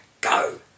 go